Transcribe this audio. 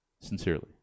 Sincerely